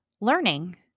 learning